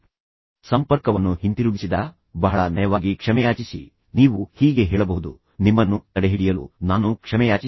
ಮತ್ತು ನೀವು ಹಿಂತಿರುಗಿದಾಗ ನೀವು ಸಂಪರ್ಕವನ್ನು ಹಿಂತಿರುಗಿಸಿದಾಗ ಬಹಳ ನಯವಾಗಿ ಕ್ಷಮೆಯಾಚಿಸಿ ನೀವು ಹೀಗೆ ಹೇಳಬಹುದು ನಿಮ್ಮನ್ನು ತಡೆಹಿಡಿಯಲು ನಾನು ಕ್ಷಮೆಯಾಚಿಸುತ್ತೇನೆ